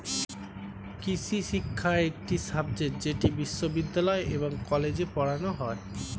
কৃষিশিক্ষা একটি সাবজেক্ট যেটি বিশ্ববিদ্যালয় এবং কলেজে পড়ানো হয়